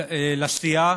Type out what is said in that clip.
לסיעה,